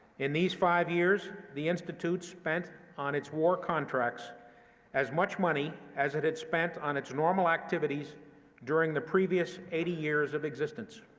in these five years, the institute spent on its war contracts as much money as it had spent on its normal activities during the previous eighty years of existence.